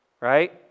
right